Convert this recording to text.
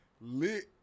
lit